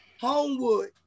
Homewood